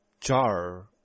jar